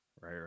right